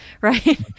right